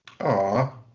Aw